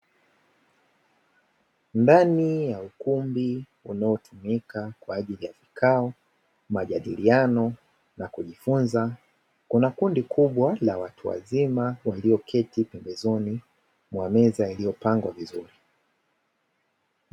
Ndani ya ukumbi unaotumika kwa ajili vikao, majadiliano na kujifunza, kuna kundi kubwa la watu wazima walioketi pembezoni mwa meza iliyopangwa vizuri.